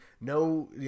no